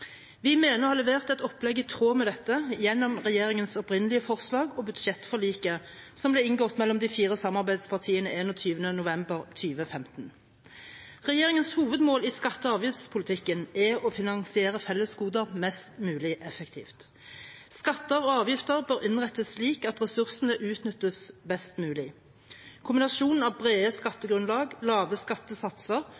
Vi mener å ha levert et opplegg i tråd med dette gjennom regjeringens opprinnelige forslag og budsjettforliket som ble inngått mellom de fire samarbeidspartiene 21. november 2015. Regjeringens hovedmål i skatte- og avgiftspolitikken er å finansiere fellesgoder mest mulig effektivt. Skatter og avgifter bør innrettes slik at ressursene utnyttes best mulig. Kombinasjonen av brede